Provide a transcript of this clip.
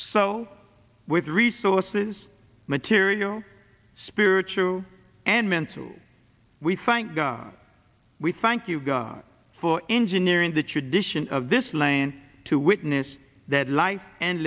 so with the resources material spiritual and mental we thank god we thank you god for engineering the tradition of this land to witness that life and